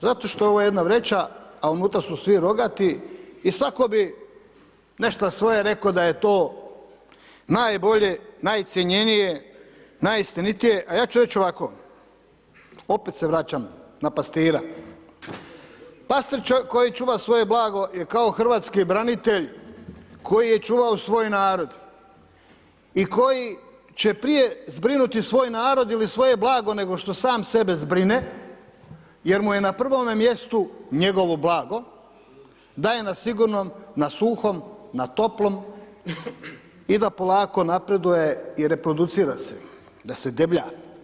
Zato što je ovo jedna vreća, a unutra su svi rogati, i svako bi nešto svoje rekao da je to najbolje, najcjenjenije, najstenitije, a ja ću reći ovako, opet se vraćam na pastira, pastir koji čuva svoje blago je kao hrvatski branitelj koji je čuvao svoj narod, i koji će prije zbrinuti svoj narod ili svoje blago, nego što sam sebe zbrine, jer mu je na prvome mjestu njegovo blago, da je na sigurnom, na suhom, na toplom i da polako napreduje i reproducira se, da se deblja.